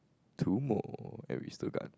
two more and we still got